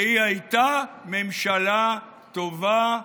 והיא הייתה ממשלה טובה,